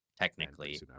Technically